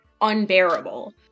unbearable